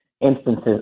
instances